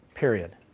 period.